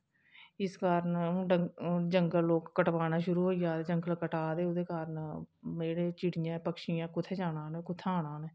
इस कारण हून डं जगंल लोक कटवाना शुरू होई जा दे जगंल कटा दे ओह्दे कारण जेह्ड़े चिड़ियां पक्षी ऐ कुत्थे जाना इ'नें कु'त्थे आना उ'नें